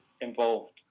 involved